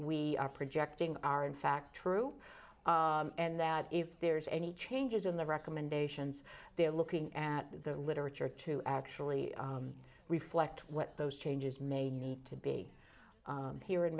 we are projecting are in fact true and that if there's any changes in the recommendations they're looking at the literature to actually reflect what those changes may need to be here in